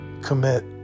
commit